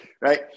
right